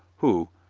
who,